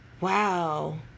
wow